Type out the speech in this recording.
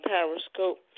Periscope